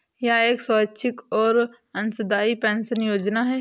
यह एक स्वैच्छिक और अंशदायी पेंशन योजना है